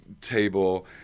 table